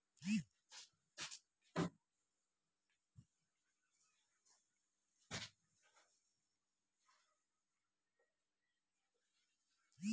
मधुमाछी केँ मधु लेल आ सिल्कक कीरा केँ सिल्क लेल पोसल जाइ छै